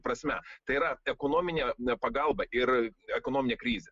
prasme tai yra ekonominė pagalba ir ekonominė krizė